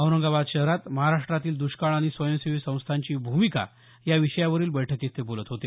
औरंगाबाद शहरात महाराष्ट्रातील दुष्काळ आणि स्वयंसेवी संस्थांची भूमिका या विषयावरील बैठकीत ते बोलत होते